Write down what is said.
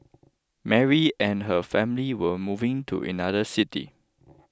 Mary and her family were moving to another city